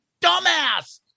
dumbass